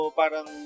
parang